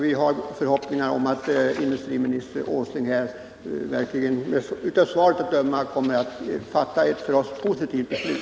Vi kan också, som jag ser det, av industriminister Åslings svar att döma ställa förhoppningar på att industriministern kommer att fatta ett för Söderhamnsorten positivt beslut.